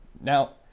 now